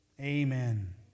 Amen